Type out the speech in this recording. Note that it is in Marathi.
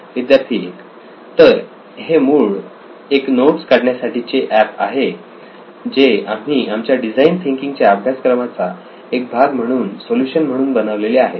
विद्यार्थी 1 तर हे एक मूळ नोट्स काढण्यासाठी चे एप app आहे जे आम्ही आमच्या डिझाईन थिंकींग या अभ्यासक्रमाचा एक भाग म्हणून सोल्युशन म्हणून बनवलेले आहे